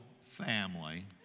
family